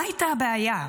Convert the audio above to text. מה הייתה הבעיה?